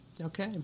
Okay